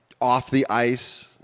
off-the-ice